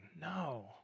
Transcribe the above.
No